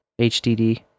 HDD